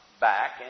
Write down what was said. back